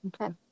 okay